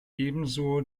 ebenso